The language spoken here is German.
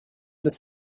des